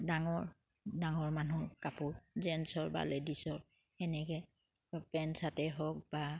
ডাঙৰ ডাঙৰ মানুহৰ কাপোৰ জেন্সৰ বা লেডিছৰ সেনেকে পেণ্ট চাৰ্টেই হওক বা